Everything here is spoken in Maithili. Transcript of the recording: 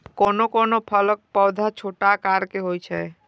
कोनो कोनो फलक पौधा छोट आकार के होइ छै